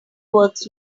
works